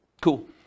cool